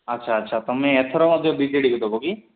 ଆଚ୍ଛା ଆଚ୍ଛା ତୁମେ ଏଥର ମଧ୍ୟ ବିଜେଡ଼ିକୁ ଦେବ କି